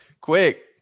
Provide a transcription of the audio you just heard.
Quick